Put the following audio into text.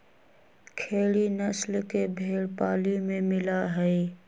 खेरी नस्ल के भेंड़ पाली में मिला हई